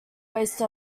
waste